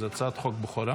תמה ההצבעה.